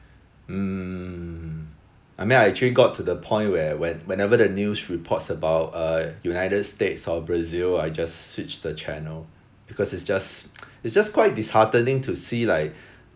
mm I mean I actually got to the point where when whenever the news reports about uh united states or brazil I just switch the channel because it's just it's just quite disheartening to see like